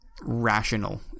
rational